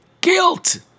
guilt